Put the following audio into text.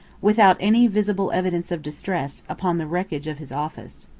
without any visible evidence of distress, upon the wreckage of his office.